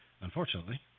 unfortunately